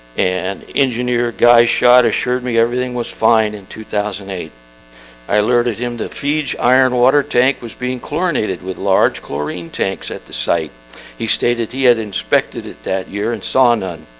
and engineer guy shot assured me. everything was fine in two thousand and eight i alerted him to feed iron water tank was being chlorinated with large chlorine tanks at the site he stated he had inspected at that year and saw none.